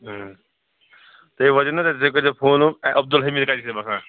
تُہۍ وٲتِو نا توٚتتھ تُہۍ کَرۍزیو موٚلوٗم عبدالحمیٖد کَتیٚتھ چھُ بسان